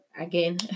again